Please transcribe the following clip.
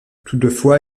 toutefois